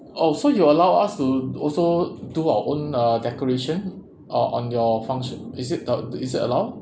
oh so you allow us to also do our own uh decoration uh on your function is it uh is it allowed